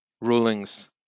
rulings